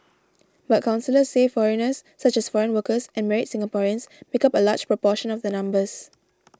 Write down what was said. but counsellors say foreigners such as foreign workers and married Singaporeans make up a large proportion of the numbers